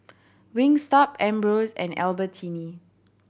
Wingstop Ambros and Albertini